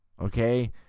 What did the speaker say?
okay